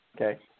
okay